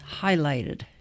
highlighted